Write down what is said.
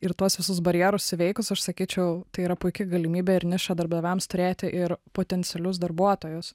ir tuos visus barjerus įveikus aš sakyčiau tai yra puiki galimybė ir niša darbdaviams turėti ir potencialius darbuotojus